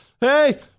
Hey